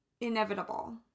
inevitable